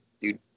dude